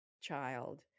child